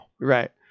right